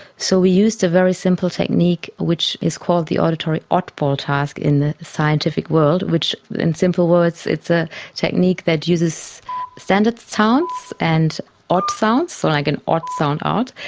so we used a very simple technique which is called the auditory oddball task in the scientific world, which in simple words it's a technique that uses standard sounds and odd sounds, like an odd sound out.